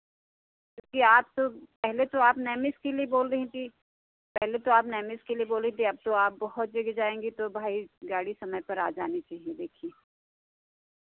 चूँकि आप तो पहले तो आप नैमिष के लिए बोल रहीं थी पहले तो आप नैमिष के लिए बोल रहीं थी अब तो आप बहुत जगह जाएंगी तो भाई गाड़ी समय पर आ जानी चाहिए देखिए